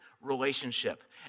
relationship